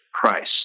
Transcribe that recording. price